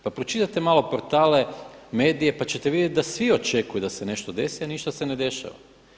Pa pročitajte malo porate, medije, pa ćete vidjeti da svi očekuju da se nešto desi, a ništa se ne dešava.